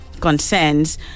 concerns